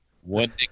One